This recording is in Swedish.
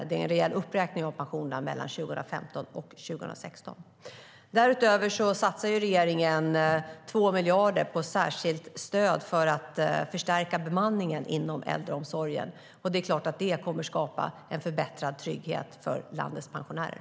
Det sker en ordentlig uppräkning av pensionerna mellan 2015 och 2016. Därutöver satsar regeringen 2 miljarder på särskilt stöd för att förstärka bemanningen inom äldreomsorgen. Det kommer givetvis att skapa en förbättrad trygghet för landets pensionärer.